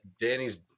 Danny's